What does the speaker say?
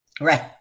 Right